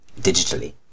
digitally